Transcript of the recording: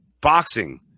boxing